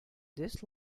this